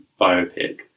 biopic